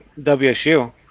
WSU